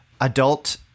adult